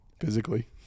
physically